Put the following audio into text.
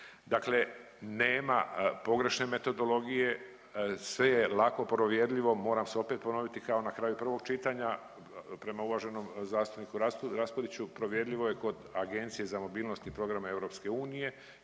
Dakle, nema pogrešne metodologije, sve je lako provjerljivo. Moram se opet ponoviti kao na kraju prvog čitanja prema uvaženom zastupniku Raspudiću, provjerljivo je kod Agencije za mobilnost i programe EU, ima